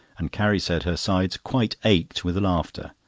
and carrie said her sides quite ached with laughter.